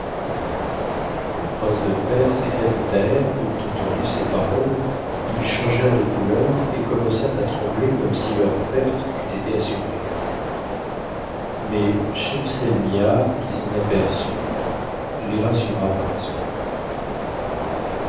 quand le prince de perse et ebn thaher eurent entendu ces paroles ils changèrent de couleur et commencèrent à tremmer comme si leur perte eût été assurée mais schemselnihar qui s'en aperçut les rassura par un souris